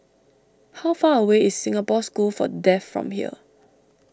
how far away is Singapore School for Deaf from here